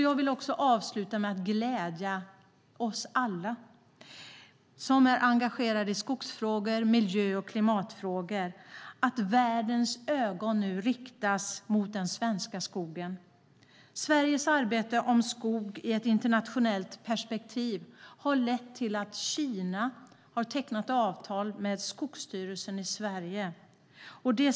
Jag vill avsluta med att glädja oss alla som är engagerade i skogsfrågor och i miljö och klimatfrågor med att världens ögon nu riktas emot den svenska skogen. Sveriges arbete med skog i ett internationellt perspektiv har lett till att Kina har tecknat avtal med Skogsstyrelsen i Sverige.